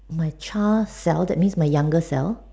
my child self means my youngest self